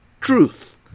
truth